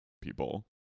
people